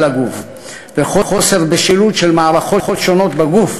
הגוף וחוסר בשלות של מערכות שונות בגוף,